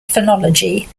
phonology